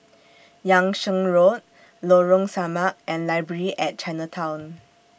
Yung Sheng Road Lorong Samak and Library At Chinatown